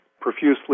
profusely